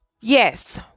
yes